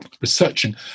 researching